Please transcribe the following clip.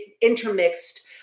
intermixed